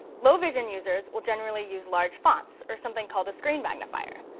low vision users will generally use large fonts or something called a screen magnifier.